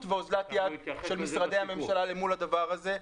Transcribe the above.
ואוזלת יד של משרדי הממשלה למול הדבר הזה.